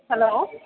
hello